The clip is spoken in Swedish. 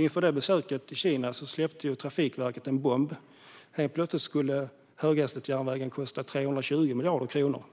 Inför detta besök släppte Trafikverket en bomb. Helt plötsligt skulle höghastighetsjärnvägen kosta 320 miljarder kronor.